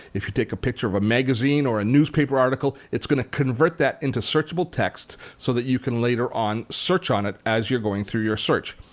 if you take a picture of a magazine or a newspaper article, it's going to convert that into searchable texts so that you can later on search on it as you're going through your search.